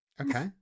Okay